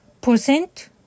percent